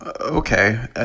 okay